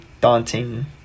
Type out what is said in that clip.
daunting